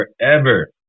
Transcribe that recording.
Forever